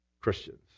Christians